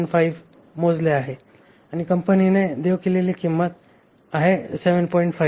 675 मोजले आहे आणि कंपनीने देऊ केलेली किंमत किती आहे 7